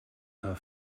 her